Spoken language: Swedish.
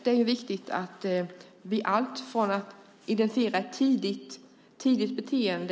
Det är viktigt att vi tidigt identifierar ett beteende.